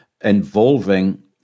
involving